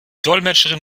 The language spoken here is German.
dolmetscherin